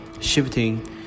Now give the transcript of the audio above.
shifting